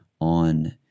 on